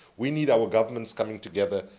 we need our governments coming together,